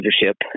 leadership